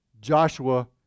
Joshua